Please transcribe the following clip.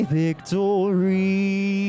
victory